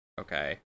okay